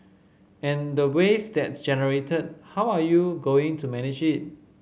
and the waste that generated how are you going to manage it